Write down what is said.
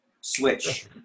switch